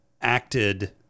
acted